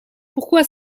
pourquoi